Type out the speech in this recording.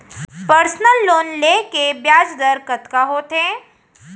Personal loan ले के ब्याज दर कतका होथे?